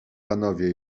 panowie